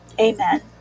Amen